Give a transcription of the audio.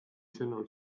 sõnul